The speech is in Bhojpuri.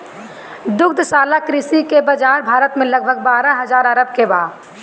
दुग्धशाला कृषि के बाजार भारत में लगभग बारह हजार अरब के बा